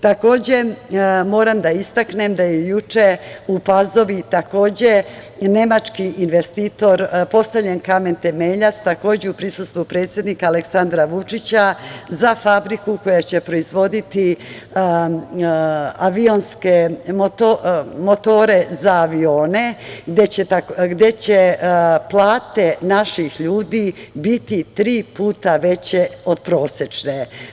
Takođe, moram da istaknem da je juče u Pazovi nemački investitor, postavljen kamen temeljac, takođe u prisustvu predsednika Aleksandra Vučića, za fabriku koja će proizvoditi motore za avione, gde će plate naših ljudi biti tri puta veće od prosečne.